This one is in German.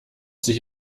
sich